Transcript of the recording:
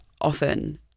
often